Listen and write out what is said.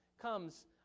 comes